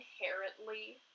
inherently